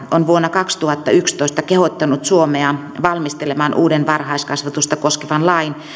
on vuonna kaksituhattayksitoista kehottanut suomea valmistelemaan uuden varhaiskasvatusta koskevan lain